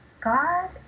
God